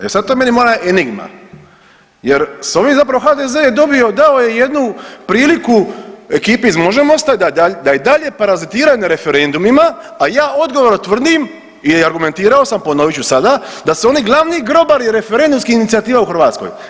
E sad je to meni moja enigma jer s ovim zapravo HDZ je dobio, dao je jednu priliku ekipi iz možemosta da i dalje parazitiraju na referendumima, a ja odgovorno tvrdim i argumentirao sam, ponovit ću sada, da su oni glavni grobari referendumskih inicijativa u Hrvatskoj.